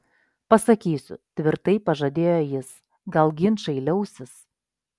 pasakysiu tvirtai pažadėjo jis gal ginčai liausis